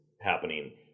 happening